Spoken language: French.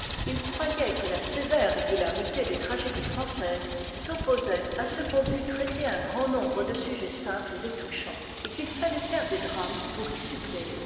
h croyait quêta sévère régularité des tragédies françaises s'opposait à ce qu'on pût traiter un grand nombre de sujets simples et touchants et qu'il fallait faire des drames pour y suppléer